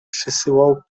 przysyłał